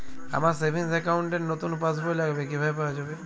আমার savings account র নতুন পাসবই লাগবে, কিভাবে পাওয়া যাবে?